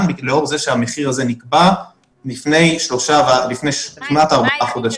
לאור זה שהמחיר הזה נקבע לפני כמעט ארבעה חודשים.